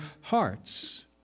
hearts